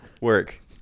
work